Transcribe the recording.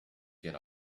get